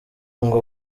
ngo